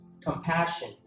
compassion